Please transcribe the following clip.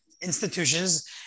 institutions